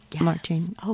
Martin